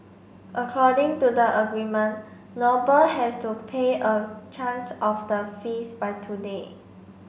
according to the agreement Noble has to pay a of the fees by today